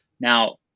Now